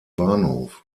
bahnhof